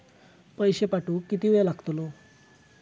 पैशे पाठवुक किती वेळ लागतलो?